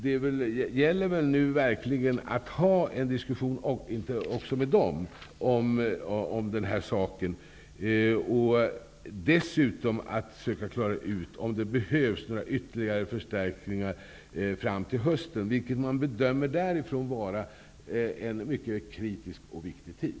Det gäller nu att det förs en diskussion också med dem om den här saken och att man dessutom försöker klara ut om det behövs några ytterligare förstärkningar fram till hösten, vilken av spaningsledningen och rikspolischefen bedöms som en mycket kritisk och viktig tid.